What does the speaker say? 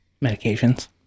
Medications